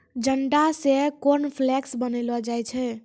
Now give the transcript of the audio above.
जंडा से कॉर्नफ्लेक्स बनैलो जाय छै